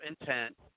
intent